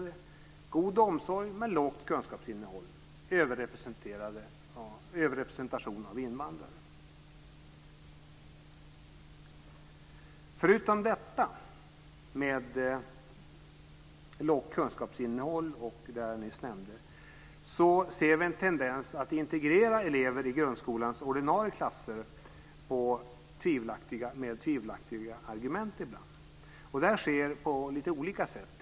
Det är en god omsorg men ett lågt kunskapsinnehåll, och det är en överrepresentation av invandrare. Förutom detta med lågt kunskapsinnehåll och det jag nyss nämnde ser vi en tendens att integrera elever i grundskolans ordinarie klasser med ibland tvivelaktiga argument. Det sker på lite olika sätt.